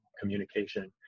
communication